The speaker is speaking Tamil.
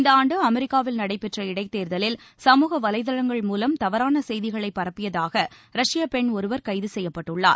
இந்த ஆண்டு அமெரிக்காவில் நடைபெற்ற இடைத் தேர்தலில் சமூக வலைதளங்கள் மூலம் தவறான செய்திகளை பரப்பியதாக ரஷ்யப் பெண் ஒருவர் கைது செய்யப்பட்டள்ளார்